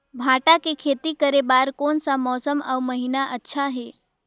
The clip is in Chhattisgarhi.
भांटा के खेती करे बार कोन सा मौसम अउ महीना अच्छा हे?